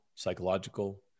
psychological